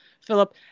philip